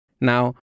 Now